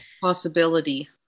possibility